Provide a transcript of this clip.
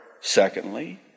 secondly